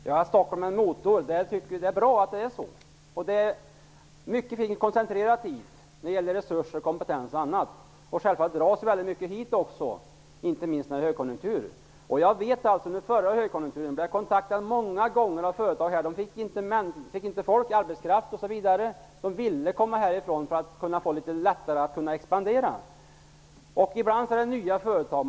Fru talman! Det är bra att Stockholm är en motor. Mycket är koncentrerat till Stockholm. Det gäller resurser, kompetens och annat. Självfallet dras många hit, inte minst när det är högkonjunktur. Under den förra högkonjunkturen blev jag många gånger kontaktad av företag som inte fick tag i arbetskraft. De ville komma härifrån för att lättare kunna expandera. Ibland handlar det om nya företag.